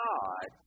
God